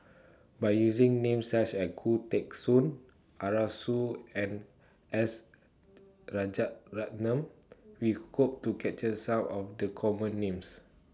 By using Names such as Khoo Teng Soon Arasu and S Rajaratnam We Hope to capture Some of The Common Names